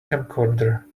camcorder